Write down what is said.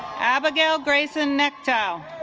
abigail grayson nikto